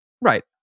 Right